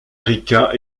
rica